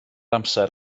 amser